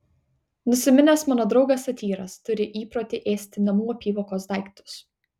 nusiminęs mano draugas satyras turi įprotį ėsti namų apyvokos daiktus